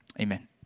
Amen